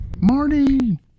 Marty